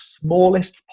smallest